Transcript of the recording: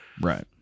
Right